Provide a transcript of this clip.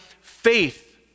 faith